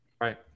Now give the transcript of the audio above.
Right